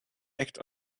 act